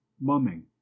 Mumming